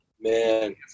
Man